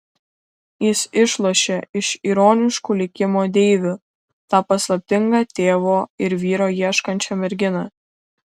jis išlošė iš ironiškų likimo deivių tą paslaptingą tėvo ir vyro ieškančią merginą